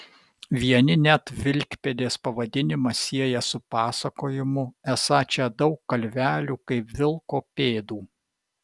vieni net vilkpėdės pavadinimą sieja su pasakojimu esą čia daug kalvelių kaip vilko pėdų